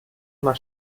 mal